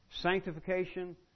Sanctification